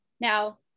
Now